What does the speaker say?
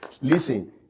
Listen